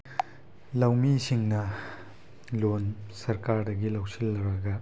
ꯂꯧꯃꯤ ꯁꯤꯡꯅ ꯂꯣꯟ ꯁꯔꯀꯥꯔꯗꯒꯤ ꯂꯧꯁꯤꯜꯂꯨꯔꯒ